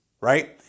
right